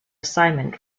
assignment